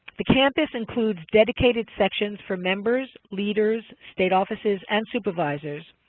the campus includes dedicated sections for members, leaders, state offices and supervisors.